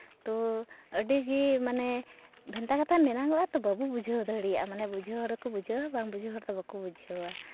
ᱛᱚ ᱟᱹᱰᱤ ᱜᱮ ᱢᱟᱱᱮ ᱵᱷᱮᱱᱛᱟ ᱠᱟᱛᱷᱟ ᱢᱮᱱᱟᱜᱚᱜᱼᱟ ᱛᱚ ᱵᱟᱵᱚ ᱵᱩᱡᱷᱟᱹᱣ ᱫᱟᱲᱮᱭᱟᱜᱼᱟ ᱢᱟᱱᱮ ᱵᱩᱡᱷᱟᱹᱣ ᱦᱚᱲ ᱠᱚ ᱵᱩᱡᱷᱟᱹᱣᱟ ᱵᱟᱝ ᱵᱩᱡᱷᱟᱹᱣ ᱦᱚᱲ ᱫᱚ ᱵᱟᱠᱚ ᱵᱩᱡᱷᱟᱹᱣᱟ